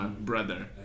brother